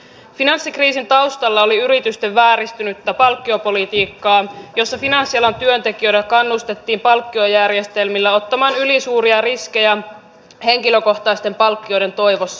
finanssikriisin taustalla oli yritysten vääristynyttä palkkiopolitiikkaa jossa finanssialan työntekijöitä kannustettiin palkkiojärjestelmillä ottamaan ylisuuria riskejä henkilökohtaisten palkkioiden toivossa